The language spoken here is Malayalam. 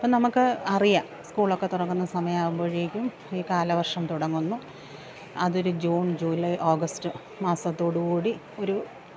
അപ്പം നമ്മൾക്ക് അറിയാം സ്കൂളൊക്കെ തുറക്കുന്ന സമയം ആവുമ്പോഴേക്കും ഈ കാലവര്ഷം തുടങ്ങുന്നു അതൊരു ജൂണ് ജൂലൈ ഓഗസ്റ്റ് മാസത്തോടു കൂടി ഒരു